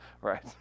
Right